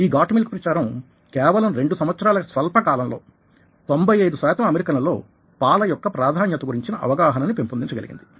ఈ goat milk ప్రచారం కేవలం 2 సంవత్సరాల స్వల్పకాలంలో 95 శాతం అమెరికన్లలో పాల యొక్క ప్రాధాన్యత గురించిన అవగాహనని పెంపొందించ గలిగింది